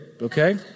Okay